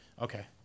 Okay